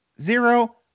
Zero